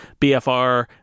BFR